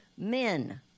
men